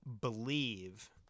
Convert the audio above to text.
believe